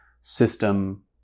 system